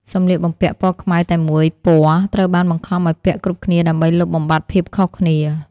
សម្លៀកបំពាក់ពណ៌ខ្មៅតែមួយពណ៌ ត្រូវបានបង្ខំឱ្យពាក់គ្រប់គ្នាដើម្បីលុបបំបាត់ភាពខុសគ្នា។